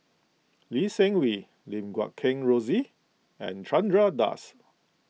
Lee Seng Wee Lim Guat Kheng Rosie and Chandra Das